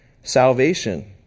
salvation